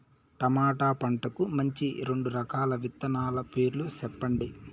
tomato పంటకు మంచి రెండు రకాల విత్తనాల పేర్లు సెప్పండి